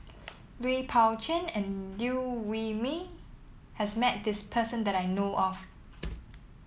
Lui Pao Chuen and Liew Wee Mee has met this person that I know of